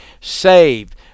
Saved